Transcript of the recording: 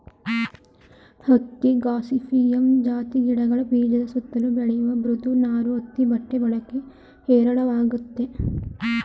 ಹತ್ತಿ ಗಾಸಿಪಿಯಮ್ ಜಾತಿ ಗಿಡಗಳ ಬೀಜದ ಸುತ್ತಲು ಬೆಳೆಯುವ ಮೃದು ನಾರು ಹತ್ತಿ ಬಟ್ಟೆ ಬಳಕೆ ಹೇರಳವಾಗಯ್ತೆ